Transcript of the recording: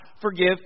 forgive